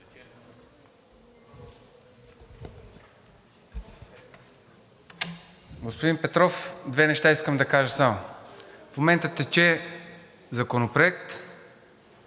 Господин Петров, две неща искам да кажа само. В момента тече Законопроект